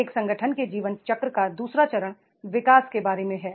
एक संगठन के जीवन चक्र का दू सरा चरण विकास के बारे में है